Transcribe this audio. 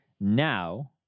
Now